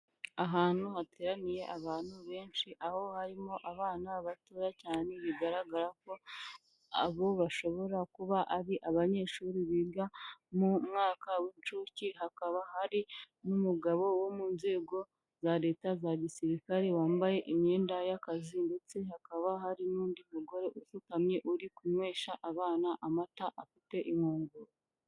Ahantu hateraniye abantu benshi, aho harimo abana batoya cyane bigaragara ko abo bashobora kuba ari abanyeshuri biga mu mwaka w'inshuke, hakaba hari n'umugabo wo mu nzego za leta za gisirikare wambaye imyenda y'akazi ndetse hakaba hari n'undi mugore usutamye uri kunywesha abana amata afite inkongoro.